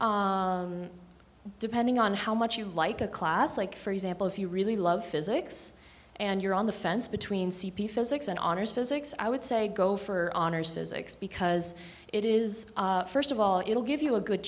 say depending on how much you like a class like for example if you really love physics and you're on the fence between c p physics and honors physics i would say go for honors physics because it is first of all it'll give you a good